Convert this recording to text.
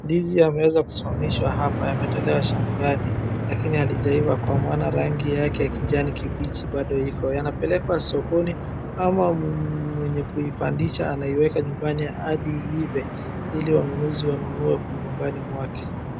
Ndizi yameweza kusimamishwa hapa yametolewa shambani lakini halijaiva. Kwa maana rangi yake ya kijani kibichi bado iko, yanapelekwa sokoni ama mmm mwenye kuipandisha anaiweka nyumbani hadi iive ili wanunuzi wanunua nyumbani mwake.